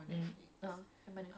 ya